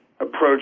approach